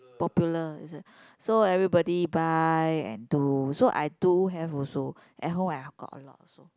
popular is it so everybody buy and do so I do have also at home i got a lot also